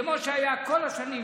כמו שהיה בכל השנים,